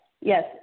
Yes